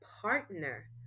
partner